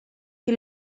que